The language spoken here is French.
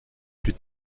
plus